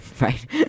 right